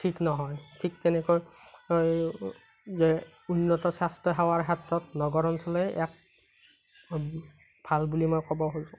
ঠিক নহয় ঠিক তেনেকৈ যে উন্নত স্বাস্থ্য সেৱাৰ ক্ষেত্ৰত নগৰ অঞ্চলেই এক ভাল বুলি মই ক'ব খুজোঁ